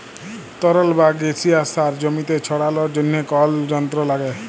তরল বা গাসিয়াস সার জমিতে ছড়ালর জন্হে কল যন্ত্র লাগে